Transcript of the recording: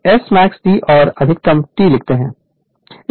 तो हम Smax T को अधिकतम T लिखते हैं